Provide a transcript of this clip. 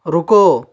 رکو